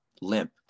limp